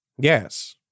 Yes